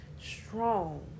Strong